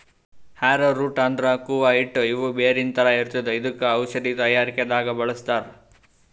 ಆರೊ root ಅಂದ್ರ ಕೂವ ಹಿಟ್ಟ್ ಇದು ಬೇರಿನ್ ಥರ ಇರ್ತದ್ ಇದಕ್ಕ್ ಔಷಧಿ ತಯಾರಿಕೆ ದಾಗ್ ಬಳಸ್ತಾರ್